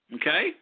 Okay